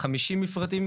50 מפרטים,